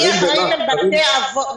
אני אחראית על בתי האבות.